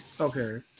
Okay